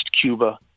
Cuba